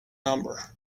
number